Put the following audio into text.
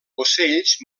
ocells